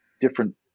different